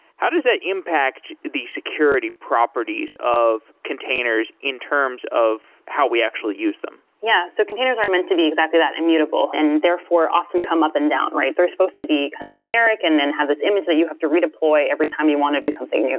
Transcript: how does that impact the security properties of containers in terms of how we actually use them? yeah, so containers are meant to be exactly that immutable, and therefore often come up and down, right? they're supposed to be kind of generic and then and have this image that you have to redeploy every time you want to do something,